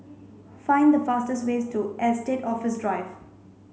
find the fastest way to Estate Office Drive